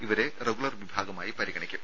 ഇവരെ റഗുലർ വിഭാഗമായി പരിഗണിക്കും